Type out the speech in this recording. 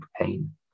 pain